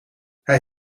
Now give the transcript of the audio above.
hij